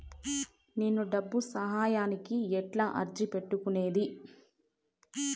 నేను డబ్బు సహాయానికి ఎట్లా అర్జీ పెట్టుకునేది?